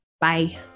Bye